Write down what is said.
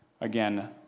again